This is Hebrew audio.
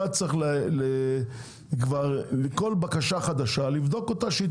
אתה צריך לכל בקשה חדשה לבדוק אותה שהיא